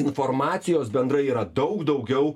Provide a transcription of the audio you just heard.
informacijos bendrai yra daug daugiau